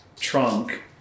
trunk